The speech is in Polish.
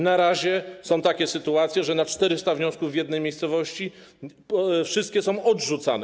Na razie są takie sytuacje, że na 400 wniosków w jednej miejscowości wszystkie są odrzucane.